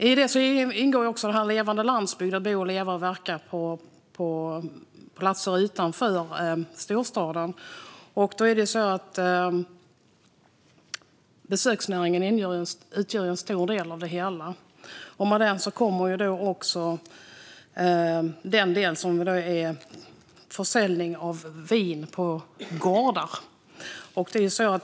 I detta ingår också en levande landsbygd och att kunna bo, leva och verka på platser utanför storstaden. Besöksnäringen utgör här en stor del, och här kommer frågan om försäljning av vin på gårdar in.